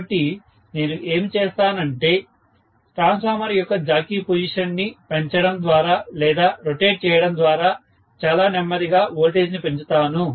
కాబట్టి నేను ఏమి చేస్తాను అంటే ట్రాన్స్ఫార్మర్ యొక్క జాకీ పొజిషన్ ని పెంచడము ద్వారా లేదా రొటేట్ చేయడం ద్వారా చాలా నెమ్మదిగా వోల్టేజ్ ని పెంచుతాను